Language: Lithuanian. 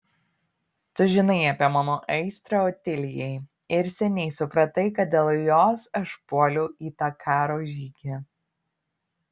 tu žinai apie mano aistrą otilijai ir seniai supratai kad dėl jos aš puoliau į tą karo žygį